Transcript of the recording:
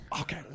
Okay